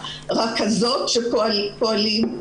הרכזות שפועלות,